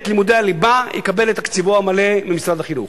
לימודי הליבה יקבל את תקציבו המלא ממשרד החינוך.